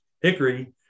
Hickory